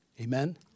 Amen